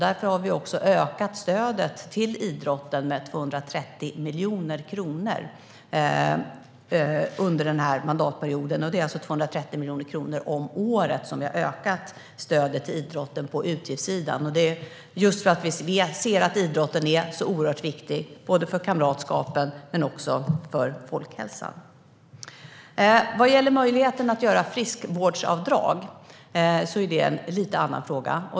Därför har vi också ökat stödet till idrotten med 230 miljoner kronor om året under denna mandatperiod, just för att vi ser att idrotten är så oerhört viktig både för kamratskapet och för folkhälsan. När det gäller möjligheten att göra friskvårdsavdrag är det lite grann en annan fråga.